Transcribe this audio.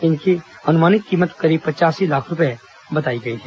इनकी अनुमानित कीमत करीब पच्यासी लाख रूपये बताई गई है